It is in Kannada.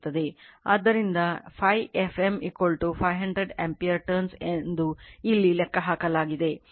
ಆದ್ದರಿಂದ Φf m 500 ampere turns ಎಂದು ಇಲ್ಲಿ ಲೆಕ್ಕಹಾಕಲಾಗಿದೆ